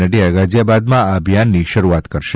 નક્રા ગાઝિયાબાદમાં આ અભિયાનની શરૃઆત કરશે